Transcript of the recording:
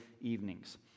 evenings